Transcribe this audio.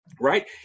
Right